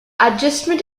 adjustment